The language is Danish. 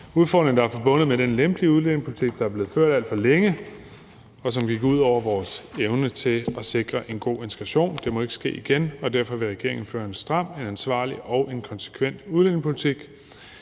udfordringer, der er forbundet med den lempelige udlændingepolitik, der er blevet ført alt for længe, og som gik ud over vores evne til at sikre en god integration. Det må ikke ske igen, og derfor vil regeringen føre en stram, ansvarlig og konsekvent udlændingepolitik.